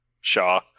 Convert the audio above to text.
Shaw